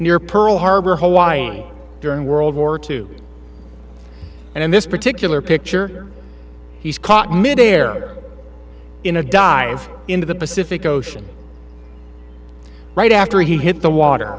near pearl harbor hawaii during world war two and in this particular picture he's caught mid air in a dive into the pacific ocean right after he hit the water